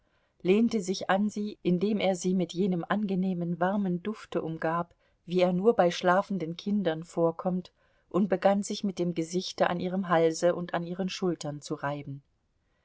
lehnte sich an sie indem er sie mit jenem angenehmen warmen dufte umgab wie er nur bei schlafenden kindern vorkommt und begann sich mit dem gesichte an ihrem halse und an ihren schultern zu reiben